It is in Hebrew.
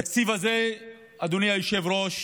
התקציב הזה, אדוני היושב-ראש,